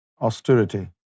austerity